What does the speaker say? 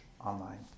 Online